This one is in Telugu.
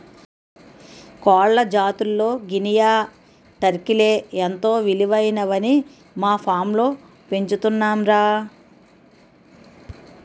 కోళ్ల జాతుల్లో గినియా, టర్కీలే ఎంతో విలువైనవని మా ఫాంలో పెంచుతున్నాంరా